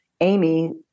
Amy